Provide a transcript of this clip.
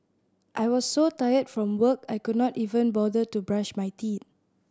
I was so tired from work I could not even bother to brush my teeth